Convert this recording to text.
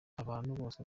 bose